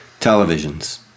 Televisions